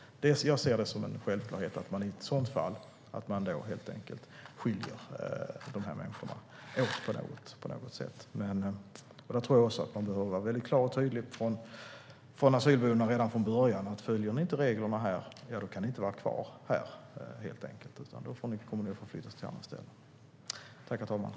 Jag ser det som en självklarhet att man i ett sådant fall helt enkelt skiljer dessa människor åt på något sätt. Asylboendena behöver redan från början vara mycket klara och tydliga med att om man inte följer reglerna där kan man inte vara kvar utan kommer att få flytta till något annat ställe.